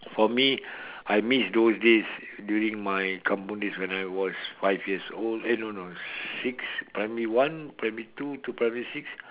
for me I miss those days during my kampung days when I was five years old eh no no no six primary primary two to primary six